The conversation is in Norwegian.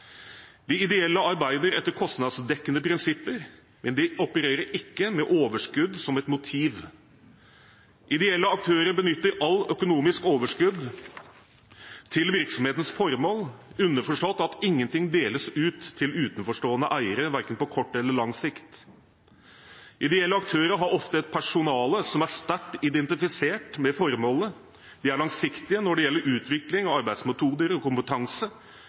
De ideelle arbeider etter kostnadsdekkende prinsipper, men de opererer ikke med overskudd som et motiv. Ideelle aktører benytter alt økonomisk overskudd til virksomhetens formål, underforstått at ingenting deles ut til utenforstående eiere, verken på kort eller lang sikt. Ideelle aktører har ofte et personale som er sterkt identifisert med formålet, de er langsiktige når det gjelder utvikling av arbeidsmetoder og kompetanse,